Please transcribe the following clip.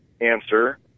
answer